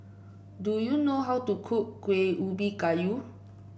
do you know how to cook Kuih Ubi Kayu